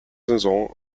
saison